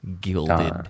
gilded